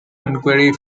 enquiry